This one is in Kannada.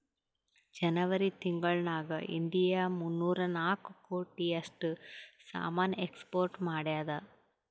ಜನೆವರಿ ತಿಂಗುಳ್ ನಾಗ್ ಇಂಡಿಯಾ ಮೂನ್ನೂರಾ ನಾಕ್ ಕೋಟಿ ಅಷ್ಟ್ ಸಾಮಾನ್ ಎಕ್ಸ್ಪೋರ್ಟ್ ಮಾಡ್ಯಾದ್